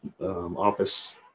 office